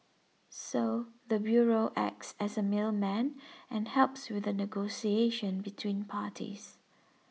so the bureau acts as a middleman and helps with the negotiation between parties